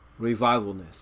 revivalness